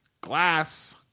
glass